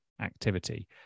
activity